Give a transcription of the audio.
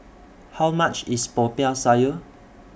How much IS Popiah Sayur